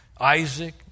Isaac